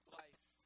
life